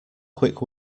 quick